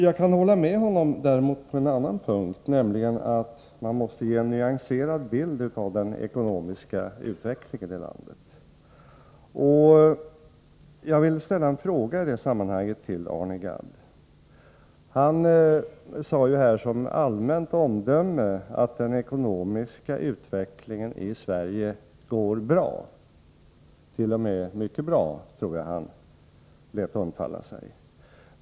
Jag kan däremot hålla med Björn Molin på en annan punkt, nämligen om att man måste ge en nyanserad bild av den ekonomiska utvecklingen i landet. Jag vill i det sammanhanget ställa en fråga till Arne Gadd. Han sade som allmänt omdöme att den ekonomiska utvecklingen i Sverige är bra —t.o.m. mycket bra, tror jag han lät undslippa sig.